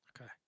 Okay